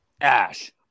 Ash